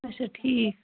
اَچھا ٹھیٖک